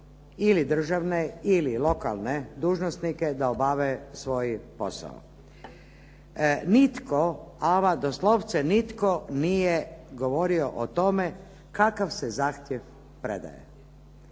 ili državne ili lokalne dužnosnike da obave svoje posao. Nitko, ama doslovce nitko nije govorio o tome kakav se zahtjev predaje.